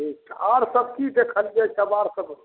ठीक आर सब की देखलियै सब